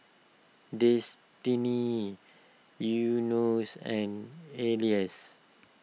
Destinee Enos and